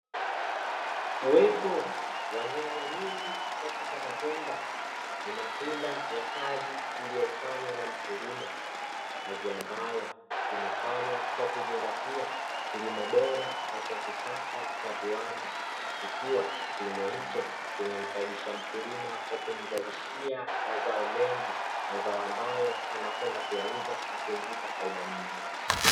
Uwepo wa nyanya nyingi katika matenga ni matunda ya kazi iliyofanywa na mkulima, kazi ambayo imefanywa kwa kuzingatia kilimo bora na cha kisasa cha viwanda, ikiwa kilimo hicho kimemfaidisha mkkulima kwa kumzalishia mazao mengi, mazao ambayo anakwenda kuyauza na kuingiza faida nyingi.